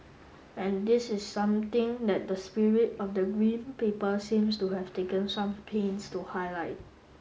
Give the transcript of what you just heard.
and this is something that the spirit of the Green Paper seems to have taken some pains to highlight